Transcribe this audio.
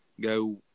go